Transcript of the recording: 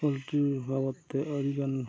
poultry ᱵᱟᱵᱚᱫᱛᱮ ᱟᱹᱰᱤ ᱜᱟᱱ